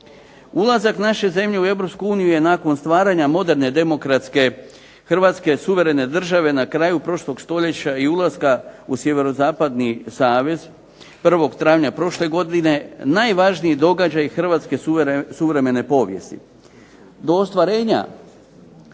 Ulazak naše zemlje u Europsku uniju je nakon stvaranja moderne demokratske Hrvatske suverene države na kraju prošlog stoljeća i ulaska u Sjeverozapadni savez 1. travnja prošle godine najvažniji događaj hrvatske suvremene povijesti.